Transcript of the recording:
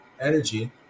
energy